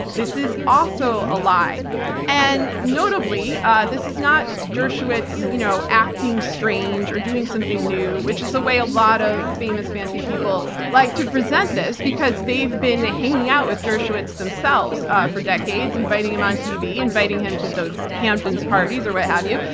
this is also a lie and notably ah this is not dershowitz you know acting strange or doing something new, which is a way a lot of famous fancy people like to present this, because they've been hanging out with dershowitz themselves ah for decades. inviting him on tv, inviting him to the hamptons parties or what have you.